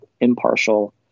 impartial